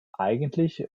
eigentlich